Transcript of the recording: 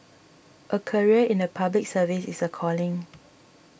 a career in the Public Service is a calling